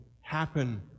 happen